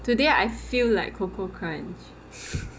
today I feel like coco crunch